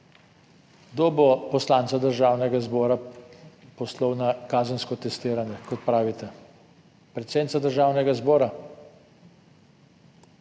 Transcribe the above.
bo poslanca Državnega zbora poslal na kazensko testiranje, kot pravite? Predsednica Državnega zbora,